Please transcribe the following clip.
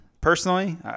personally